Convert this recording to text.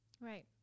Right